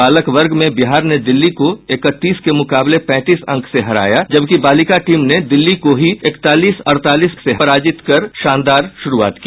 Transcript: बालक वर्ग में बिहार ने दिल्ली को इकतीस के मुकाबले पैंतीस अंक से हराया जबकि बालिका टीम ने दिल्ली को ही इकतालीस अड़तीस पराजित कर शानदार शुरूआत की